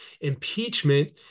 Impeachment